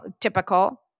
typical